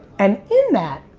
and in that,